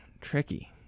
Tricky